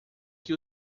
que